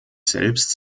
selbst